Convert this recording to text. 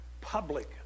public